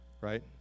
right